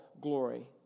glory